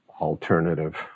alternative